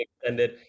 extended